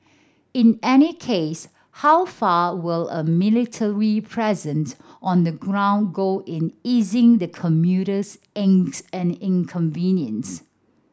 in any case how far will a military present on the ground go in easing the commuter's angst and inconvenience